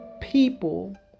people